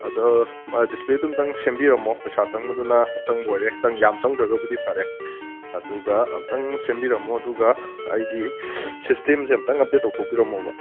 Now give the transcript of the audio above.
ꯑꯗ ꯃꯥꯒꯤ ꯗꯤꯁꯄ꯭ꯂꯦꯗꯨ ꯑꯃꯨꯛꯇꯪ ꯁꯦꯝꯕꯤꯔꯝꯃꯣ ꯄꯩꯁꯥ ꯆꯪꯕꯗꯨꯅ ꯑꯆꯪꯕ ꯑꯣꯏꯔꯦ ꯌꯥꯝ ꯆꯪꯗ꯭ꯔꯒꯕꯨꯗꯤ ꯐꯔꯦ ꯑꯗꯨꯒ ꯑꯃꯨꯛ ꯁꯦꯝꯕꯤꯔꯝꯃꯣ ꯑꯗꯨꯒ ꯑꯩꯒꯤ ꯁꯤꯁꯇꯦꯝꯁꯦ ꯑꯃꯨꯛꯇꯪ ꯑꯞꯗꯦꯠ ꯇꯧꯊꯣꯛꯄꯤꯔꯝꯃꯣꯕ